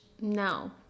No